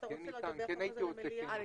כן הייתי רוצה לדבר.